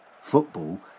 Football